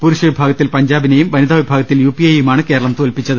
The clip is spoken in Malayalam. പുരുഷ വിഭാഗത്തിൽ പഞ്ചാ ബിനെയും വനിതാവിഭാഗത്തിൽ യു പിയേയുമാണ് കേരളം തോല്പിച്ചത്